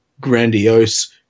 grandiose